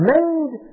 Made